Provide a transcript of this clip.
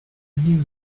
new